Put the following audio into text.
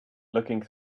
looking